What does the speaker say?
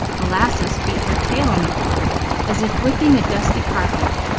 molasses beat her tail on the floor as if whipping a dusty carpet,